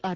R